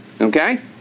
Okay